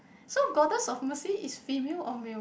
so Goddess of Mercy is female or male